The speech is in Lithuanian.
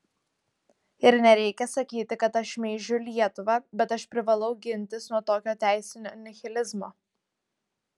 ir nereikia sakyti kad aš šmeižiu lietuvą bet aš privalau gintis nuo tokio teisinio nihilizmo